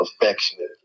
affectionate